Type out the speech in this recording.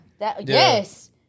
Yes